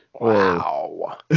Wow